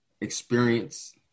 experience